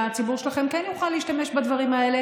השירותים של המשרד,